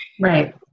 Right